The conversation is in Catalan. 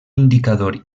indicador